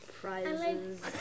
prizes